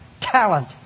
talent